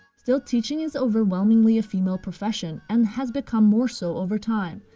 still, teaching is overwhelmingly a female profession and has become more so over time.